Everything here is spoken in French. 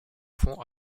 fond